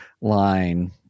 line